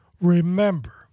Remember